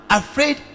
afraid